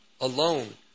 Alone